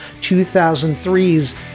2003's